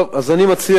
אני מציע,